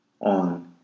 on